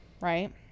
right